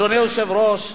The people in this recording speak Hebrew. אדוני היושב-ראש,